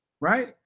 Right